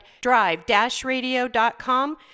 drive-radio.com